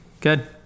good